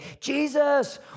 Jesus